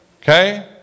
Okay